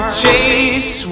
chase